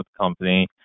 company